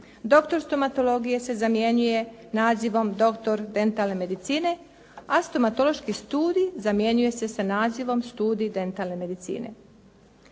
Doktor stomatologije se zamjenjuje nazivom doktor dentalne medicine, a stomatološki studij zamjenjuje se sa nazivom studij dentalne medicine.